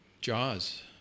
Jaws